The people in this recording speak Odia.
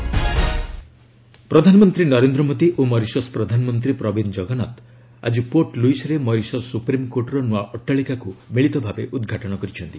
ପିଏମ୍ ମରିସସ୍ ପ୍ରଧାନମନ୍ତ୍ରୀ ନରେନ୍ଦ୍ର ମୋଦୀ ଓ ମରିସସ୍ ପ୍ରଧାନମନ୍ତ୍ରୀ ପ୍ରବିନ୍ଦ ଜଗନ୍ନାଥ ଆଜି ପୋର୍ଟ ଲୁଇସ୍ରେ ମରିସସ୍ ସୁପ୍ରିମକୋର୍ଟର ନୂଆ ଅଟ୍ଟାଳିକାକୁ ମିଳିତ ଭାବେ ଉଦ୍ଘାଟନ କରିଛନ୍ତି